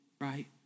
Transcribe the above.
right